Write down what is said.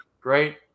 great